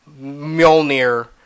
Mjolnir